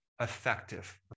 effective